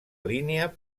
línia